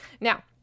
Now